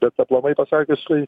bet aplamai pasakius tai